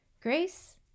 Grace